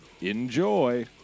Enjoy